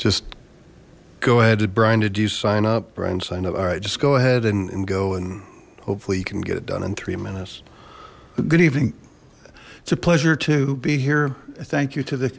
just go ahead did brian did you sign up brian signed up all right just go ahead and go and hopefully you can get it done in three minutes good evening it's a pleasure to be here thank you to the